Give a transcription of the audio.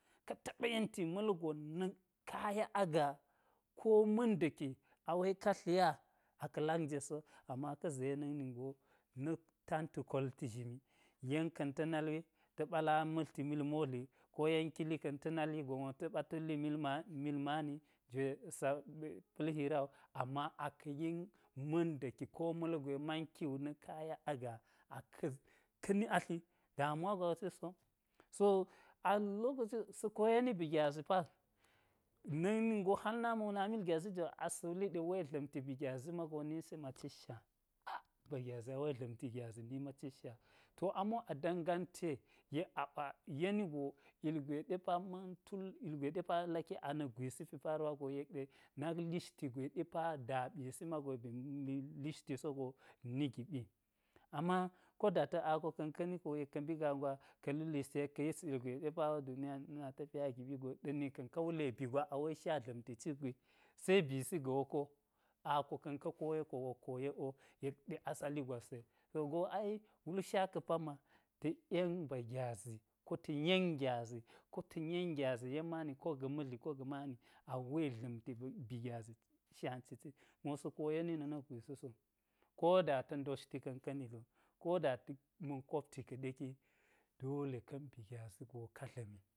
Ka taɓa yebti-ma̱lgon na̱ kaya agaa ko ma̱ndaki a we ka tlinya a ka̱ lak njet so, ama ka̱ zega̱ nak nin go na̱ tantu kolti zhimi yen ka̱n ta̱ nal wi ta ɓa la matlti mil modli, ko yenkili ka̱n ta nal wi gon wo ta̱ ɓa ta̱le miv-mani-jwe sa pa̱l hira wu ama aka̱ yen ma̱nda̱ki ko ma̱lgwe manki na̱ kaya agaa aka̱-ka̱ ni atli damuwa gwa wo seso, so a-lokaci wo sa̱ koyeni bi gyazi pak nak ningo hal nami wo na mil hyazi jon wo asa̱ wuli ɗe we dla̱mti bi gyazi mago nisi ma cit nsha-a ba gyazi a we dla̱mti gyazi nitma cit nsha, to amo adangante yek aɓa yeni go ilgwe ɗe pa man tul ilgwe ɗe pa laki a na̱ kgwisi pi paruwa go na̱k lishti gwe ɗe pa da ɓisi mago yek ba̱ ma̱ lishti sog ni giɓi amako ko da ta̱ a ko ka̱n ka̱ni ko yek ka̱ mbi gaa gwa ka̱lu lishti yek ka̱ yis ilgwe ɗe pawo duniya na tafiya agiɓi wu go ɗani kən ka wule bi gwa a we nsha dla̱mti cik gwi? Se bisi ga̱ woƙo ako ka̱n ka̱ koye ko wok koyek wo, yek ɗe asali gwas ye? To, go ai wul nsha ka̱ pamma ta̱k yen ba gyazi ko ta̱ yen gyazi ko ta̱ yen gyazi yen mani ko ga̱ madli ko ga̱ mani a̱we dla̱mti ga̱ bi gyazi nsha citi mosa̱ koyeni na̱ na̱k gwisi, so ko da ta̱ ndoshti ka̱n ka̱ ni dlo ko da ta̱ ma̱n kopti kaɗe ki dole ka̱ bi gyazi go ka dla̱mi